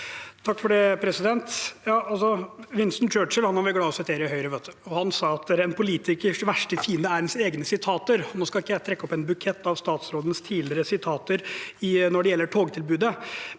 Holm (H) Winston Churchill er vi glad i å sitere i Høyre. Han sa at en politikers verste fiende er ens egne sitater. Nå skal jeg ikke trekke opp en bukett av statsrådens tidligere sitater når det gjelder togtilbudet,